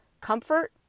comfort